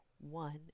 One